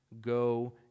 go